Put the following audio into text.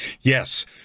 yes